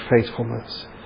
faithfulness